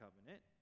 covenant